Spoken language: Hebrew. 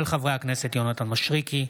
של חברי הכנסת יונתן מישרקי,